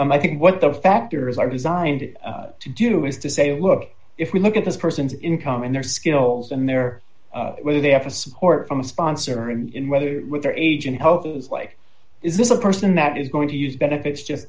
i think what the factors are designed to do is to say look if we look at this person's income and their skills and their whether they have a support from a sponsor or even whether with their age and health issues like is this a person that is going to use benefits just